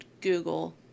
Google